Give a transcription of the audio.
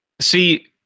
See